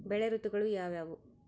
ಬೆಳೆ ಋತುಗಳು ಯಾವ್ಯಾವು?